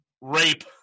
rape